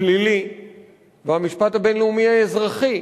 הבין-לאומי הפלילי והמשפט הבין-לאומי האזרחי,